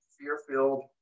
fear-filled